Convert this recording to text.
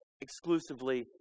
exclusively